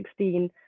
2016